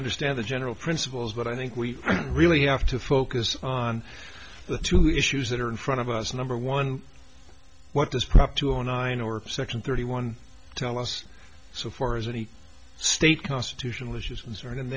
understand the general principles but i think we really have to focus on the two issues that are in front of us number one what does prop two hundred nine or section thirty one tell us so far as any state constitutional issues was there and